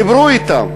דיברו אתם.